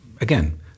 again